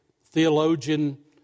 theologian